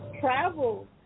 travel